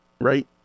right